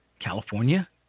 California